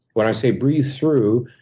when i say breathe through,